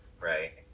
right